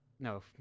No